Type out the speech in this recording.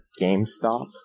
GameStop